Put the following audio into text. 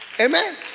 Amen